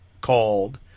called